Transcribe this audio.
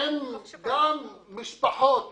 עם משפחות